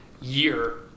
year